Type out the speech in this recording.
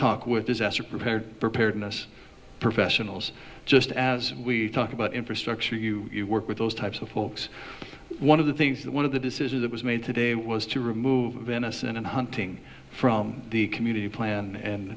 talk with disaster prepared preparedness professionals just as we talk about infrastructure you work with those types of folks one of the things that one of the decisions that was made today was to remove venison and hunting from the community plan and